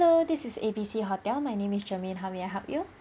~lo this is A B C hotel my name is germane how may I help you